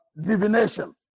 divination